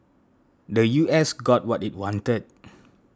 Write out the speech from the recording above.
the U S got what it wanted